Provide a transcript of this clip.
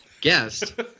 guest